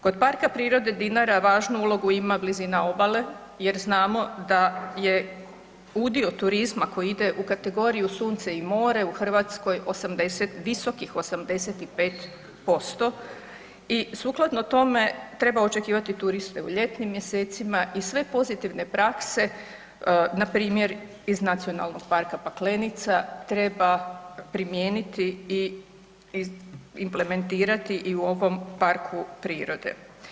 Kod PP Dinara važnu ulogu ima blizina obale jer znamo da je udio turizma koji ide u kategoriju „Sunce i more“ u Hrvatskoj visokih 85% i sukladno tome treba očekivati turiste u ljetnim mjesecima i sve pozitivne prakse npr. iz NP Paklenica treba primijeniti i implementirati i u ovom parku prirode.